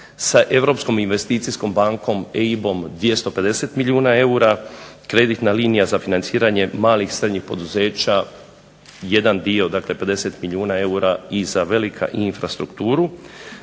Sa Europskom investicijskom bankom EIB-om 250 milijuna eura, kreditna linija za financiranje malih, srednjih poduzeća, jedan dio dakle 50 milijuna eura i za velika i za infrastrukturu.